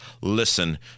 listen